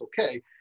okay